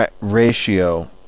Ratio